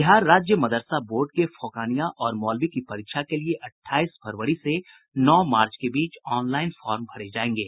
बिहार राज्य मदरसा बोर्ड के फोकानिया और मौलवी की परीक्षा के लिये अठाईस फरवरी से नौ मार्च के बीच ऑनलाइन फॉर्म भरे जायेंगे